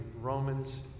Romans